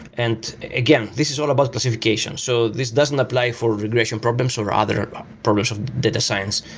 and again, this is all about classification. so this doesn't apply for regression problems or other problems of data science,